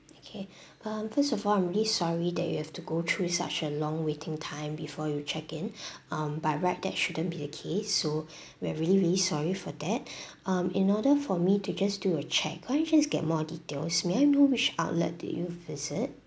okay um first of all I'm really sorry that you have to go through such a long waiting time before you check in um by right that shouldn't be the case so we're really really sorry for that um in order for me to just do a check could I just get more details may I know which outlet did you visit